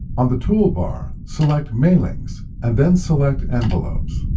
on the toolbar, select mailings, and then select envelopes.